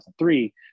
2003